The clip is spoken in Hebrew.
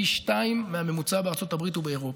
פי שניים מהממוצע בארצות הברית ובאירופה.